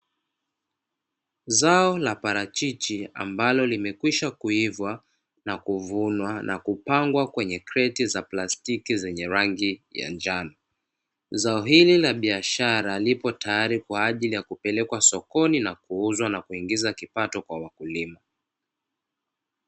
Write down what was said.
Zao la parachichi ambalo limekwisha kuiva na kuvunwa na kupangwa kwenye kreti za plastiki zenye rangi ya njano, zao hili ka biashara lipo tayari kwa ajili ya kupelekwa sokoni na kuuzwa na kuingiza kipato kwa wakulima.